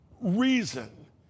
reason